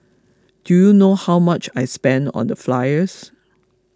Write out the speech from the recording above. do you know how much I spent on the flyers